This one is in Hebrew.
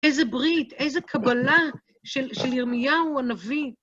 איזה ברית, איזה קבלה של ירמיהו הנביא.